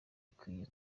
ikwiye